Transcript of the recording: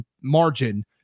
margin